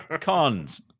Cons